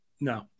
No